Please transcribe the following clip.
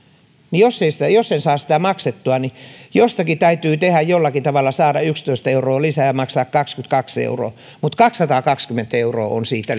niin jos en saa sitä maksettua niin jostakin täytyy jollakin tavalla saada yksitoista euroa lisää ja maksaa kaksikymmentäkaksi euroa mutta kaksisataakaksikymmentä euroa on siitä